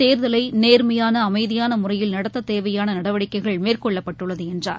தேர்தலை நேர்மையான அமைதியான முறையில் நடத்த தேவையான நடவடிக்கைகள் மேற்கொள்ளப்பட்டுள்ளது என்றார்